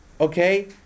okay